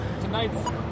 Tonight's